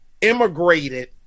immigrated